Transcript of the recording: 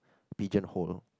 pigeon hole